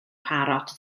parot